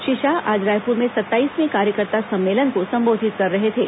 श्री शाह आज रायपूर में सत्ताईसवें कार्यकर्ता सम्मेलन को संबोधित कर रहे थे